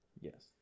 Yes